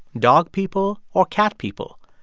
dog people or cat people,